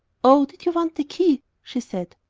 oh, did you want the key? she said.